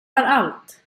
allt